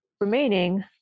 remaining